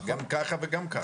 גם ככה וגם ככה.